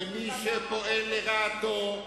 ומי שפועל לרעתו,